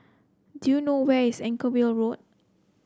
do you know where is Anchorvale Road